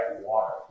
water